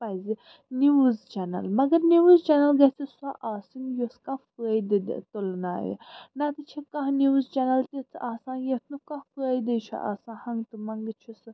پَزِ news channel مگر news channel گَژھہِ سۄ آسٕنۍ یۄس کانٛہہ فٲیِدِٕ دِ تُلنایہِ نَہ تہٕ چھِ کانٛہہ نِوٕز چیٚنَل تِژھ آسان یَتھ نہٕ کانٛہہ فٲیِدٔے چھُ آسان ہنٛگہٕ تہٕ مَنٛگہٕ چھِ سۄ